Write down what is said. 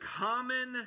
common